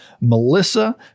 melissa